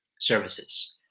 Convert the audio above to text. services